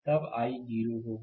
तब i 0 होगा